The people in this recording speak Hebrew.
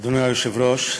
אדוני היושב-ראש,